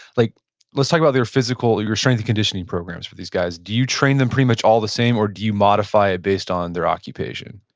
like let's talk about there physical, your strength and conditioning programs for these guys. do you train them pretty much all the same, or do you modify it based on their occupation?